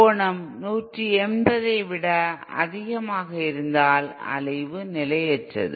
கோணம் 180 ஐ விட அதிகமாக இருந்தால் அலைவு நிலையற்றது